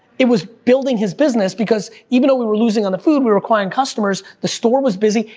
it was building his business, because even though we were losing on the food, we're acquiring customers, the store was busy,